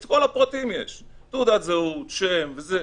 יש פה את כל הפרטים: תעודת-זהות, שם והכול.